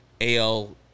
AL